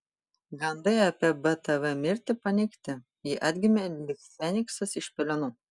gandai apie btv mirtį paneigti ji atgimė lyg feniksas iš pelenų